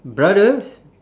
brothers